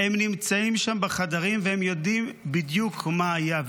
הם נמצאים שם בחדרים והם יודעים בדיוק מה היה,